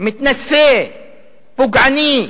מתנשא ופוגעני.